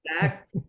back